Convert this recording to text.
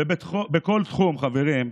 ובכל תחום, חברים,